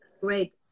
great